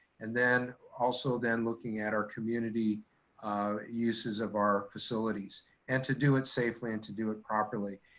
and then also then looking at our community uses of our facilities and to do it safely and to do it properly.